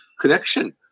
connection